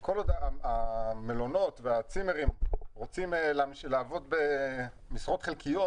כל עוד המלונות והצימרים רוצים לעבוד במשרות חלקיות